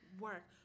work